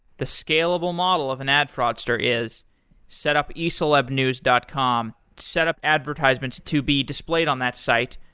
the scalable model of an ad fraudster is set up ecelebnews dot com, set up advertisements to be displayed on that site.